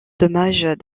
dommages